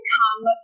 come